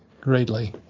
greatly